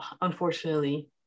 unfortunately